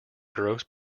grosse